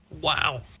wow